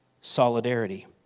solidarity